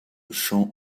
chant